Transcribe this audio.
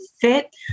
fit